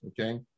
okay